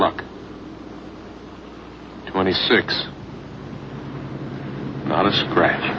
luck twenty six on a scratch